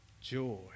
Joy